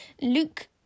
Luke